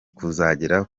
kuzagera